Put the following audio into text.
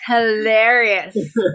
hilarious